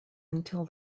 until